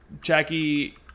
Jackie